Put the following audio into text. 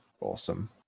Awesome